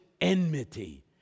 enmity